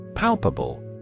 Palpable